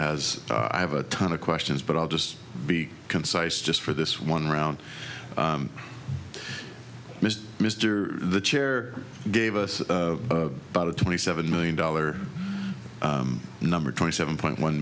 has i have a ton of questions but i'll just be concise just for this one round mr mr the chair gave us about a twenty seven million dollar number twenty seven point one